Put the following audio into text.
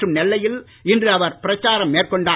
மற்றும் நெல்லையில் இன்று அவர் பிரச்சாரம் சென்னை மேற்கொண்டார்